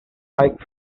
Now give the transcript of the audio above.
pike